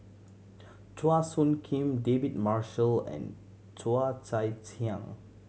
Chua Soo Khim David Marshall and Cheo Chai Hiang